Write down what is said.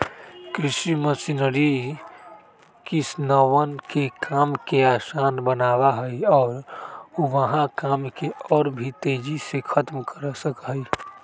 कृषि मशीनरी किसनवन के काम के आसान बनावा हई और ऊ वहां काम के और भी तेजी से खत्म कर सका हई